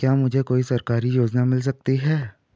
क्या मुझे कोई सरकारी योजना मिल सकती है?